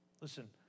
Listen